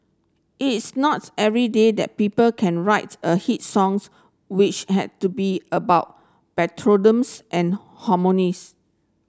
it's not every day that people can write a hit songs which had to be about patriotisms and harmonies